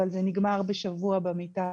אבל זה נגמר בשבוע במיטה.